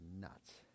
nuts